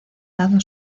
dado